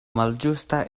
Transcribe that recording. malĝusta